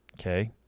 Okay